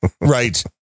Right